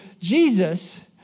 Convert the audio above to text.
Jesus